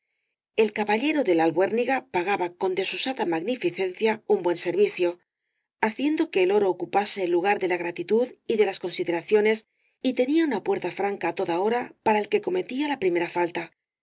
el caballero de la albuérniga pagaba con desusada magnificencia un buen servicio haciendo que el oro ocupase el lugar de la gratitud y de las consideraciones y tenía una puerta franca á toda hora para el que cometía la primera falta